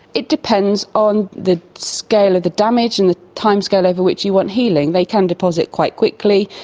it depends on the scale of the damage and the timescale over which you want healing. they can deposit quite quickly,